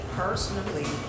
personally